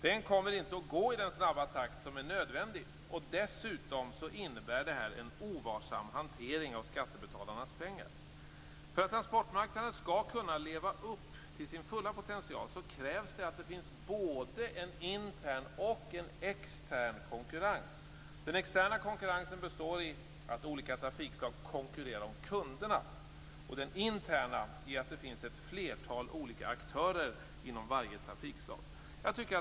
Den kommer inte att gå i den snabba takt som är nödvändig, och dessutom innebär detta en ovarsam hantering av skattebetalarnas pengar. För att transportmarknaden skall kunna leva upp till sin fulla potential krävs det att det finns både en intern och en extern konkurrens. Den externa konkurrensen består i att olika trafikslag konkurrerar om kunderna och den interna i att det finns ett flertal olika aktörer inom varje trafikslag.